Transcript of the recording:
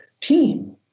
team